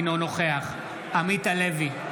אינו נוכח עמית הלוי,